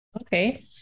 Okay